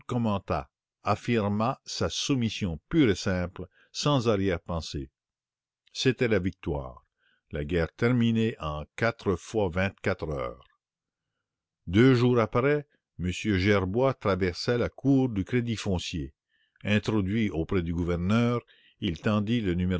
affirma sa soumission pure et simple sans arrière-pensée c'était la victoire la guerre terminée en quatre fois vingt-quatre heures m onsieur gerbois touche le million et ganimard entre en scène deux jours après m gerbois traversait la cour du crédit foncier introduit auprès du gouverneur il tendit le